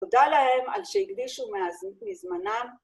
‫תודה להם על שהקדישו מה.. מזמנם.